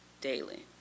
daily